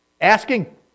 asking